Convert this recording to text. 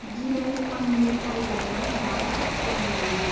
दिनै आंनि फारिलाइयाव माबा दं ना मा